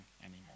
anymore